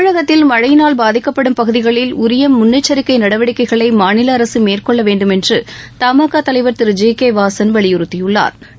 தமிழகத்தில் மழையினால் பாதிக்கப்படும் பகுதிகளில் உரிய முன்னேச்சரிக்கை நடவடிக்கைகளை மாநில அரசு மேற்கொள்ள வேண்டுமென்று தமாக தலைவா் திரு ஜி கே வாசன் வலியுறுத்தியுள்ளாா்